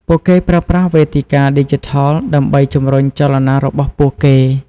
ពួកគេប្រើប្រាស់វេទិកាឌីជីថលដើម្បីជំរុញចលនារបស់ពួកគេ។